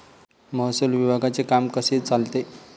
महसूल विभागाचे काम कसे चालते?